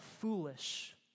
foolish